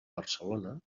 barcelona